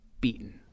beaten